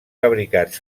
fabricats